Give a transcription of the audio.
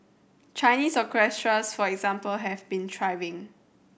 Chinese orchestras for example have been thriving